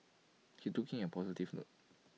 he took IT in A positive note